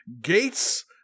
Gates